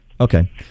Okay